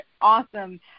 awesome